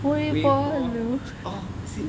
微波 orh